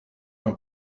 een